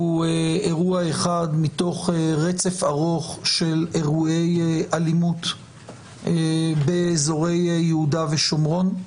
הוא אירוע אחד מתוך רצף ארוך של אירועי אלימות באזורי יהודה ושומרון,